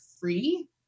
free